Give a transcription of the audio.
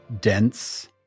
dense